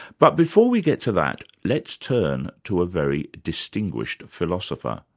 but before we get to that, let's turn to a very distinguished philosopher,